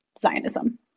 zionism